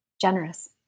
generous